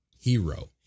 Hero